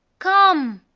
come!